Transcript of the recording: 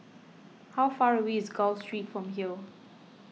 how far away is Gul Street from here